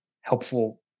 helpful